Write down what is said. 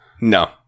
No